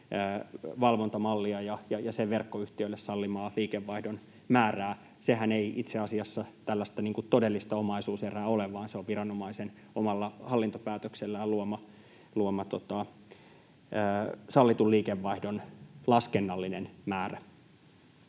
valvontamallia ja sen verkkoyhtiöille sallimaa liikevaihdon määrää. Sehän ei itse asiassa niin kuin todellista omaisuuserää ole, vaan se on viranomaisen omalla hallintopäätöksellään luoma sallitun liikevaihdon laskennallinen määrä.